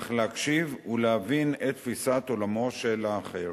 אך להקשיב ולהבין את תפיסת עולמו של האחר.